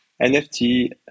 NFT